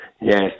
Yes